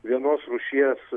vienos rūšies